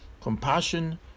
Compassion